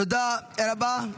תודה רבה.